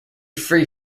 free